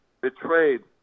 betrayed